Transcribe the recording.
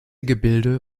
gebilde